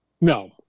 no